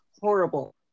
horrible